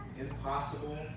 impossible